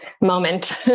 moment